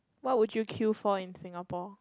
what would you queue for in singapore